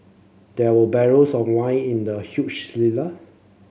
there were barrels of wine in the huge cellar